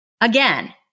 Again